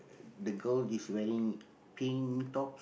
the girl is wearing pink top